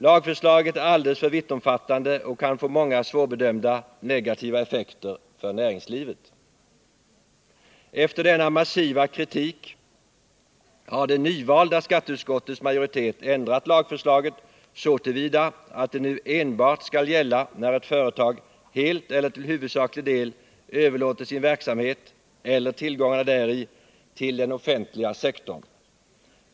Lagförslaget är alldeles för vittomfattande och kan få många svårbedömda negativa effekter för näringslivet. Efter denna massiva kritik har det nyvalda skatteutskottets majoritet ändrat lagförslaget så till vida, att det nu enbart skall gälla när ett företag helt eller till huvudsaklig del överlåter sin verksamhet eller tillgångarna däri till den offentliga sektorn.